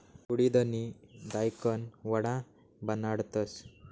उडिदनी दायकन वडा बनाडतस